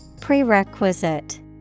Prerequisite